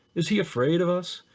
is he afraid of us?